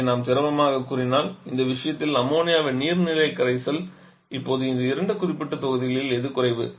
இதை நாம் திரவமாகக் கூறினால் இந்த விஷயத்தில் அம்மோனியாவின் நீர்நிலை கரைசல் இப்போது இந்த இரண்டு குறிப்பிட்ட தொகுதிகளில் எது குறைவு